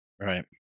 Right